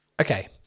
Okay